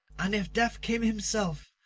and if death came himself,